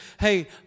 hey